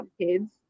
kids